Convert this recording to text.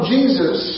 Jesus